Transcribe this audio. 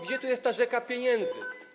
Gdzie jest ta rzeka pieniędzy?